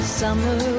summer